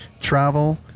Travel